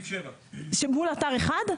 מול אתר אחד?